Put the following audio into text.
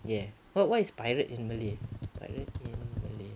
ya what what is pirate in malay pirate in malay